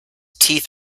teeth